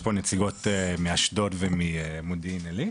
יש פה נציגות מאשדוד ומודיעין עילית.